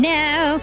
now